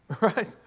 Right